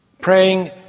Praying